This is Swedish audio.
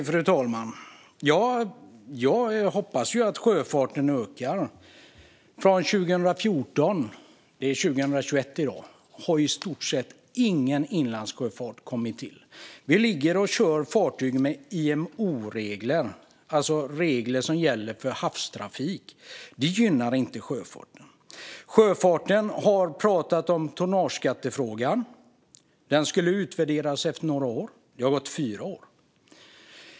Fru talman! Jag hoppas att sjöfarten ökar. Men från 2014 - nu är det 2021 - har i stort sett ingen inlandssjöfart kommit till. Vi ligger och kör fartyg med IMO-regler, alltså regler som gäller för havstrafik. Det gynnar inte sjöfarten. Sjöfarten har pratat om tonnageskattefrågan. Den skulle utvärderas efter några år. Det har gått fyra år.